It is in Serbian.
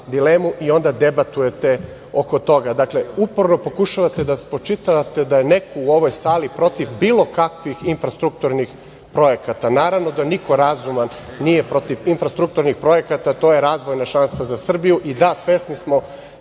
dilemu i onda debatujete oko toga. Dakle, uporno pokušavate da spočitavate da je neko u ovoj sali protiv bilo kakvih infrastrukturnih projekata. Naravno da niko razuman nije protiv infrastrukturnih projekata, to je razvojna šansa za Srbiju. I da, svesni smo